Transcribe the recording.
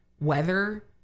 weather